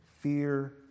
Fear